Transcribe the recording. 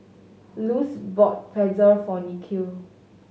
Luz bought Pretzel for Nikhil